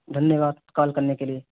دھنیہ واد کال کرنے کے لیے